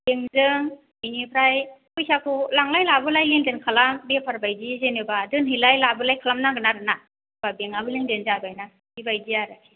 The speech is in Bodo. बेंकजों बिनिफ्राय फैसाखौ लांलाय लाबोलाय लेन देन खालाम बेफार बायदि जेनेबा दोनहैलाय लाबोलाय खालामनांगोन आरो ना होमबा बेंकआबो लेन देन जाबाय ना बेबायदि आरो